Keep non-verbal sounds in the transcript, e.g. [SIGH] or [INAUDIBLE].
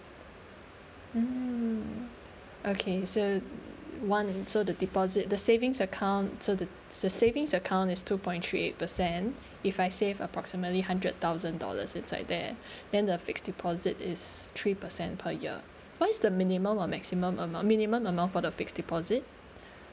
mm okay so one so the deposit the savings account so the so savings account is two point three eight percent [BREATH] if I save approximately hundred thousand dollars inside there [BREATH] then the fixed deposit is three percent per year what is the minimum or maximum amount minimum amount for the fixed deposit [BREATH]